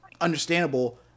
understandable